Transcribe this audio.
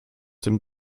dem